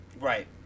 Right